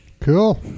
Cool